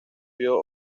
vio